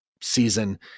season